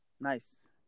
Nice